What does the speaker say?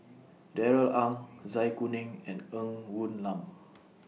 Darrell Ang Zai Kuning and Ng Woon Lam